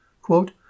Quote